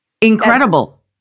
Incredible